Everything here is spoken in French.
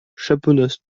chaponost